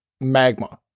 magma